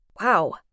Wow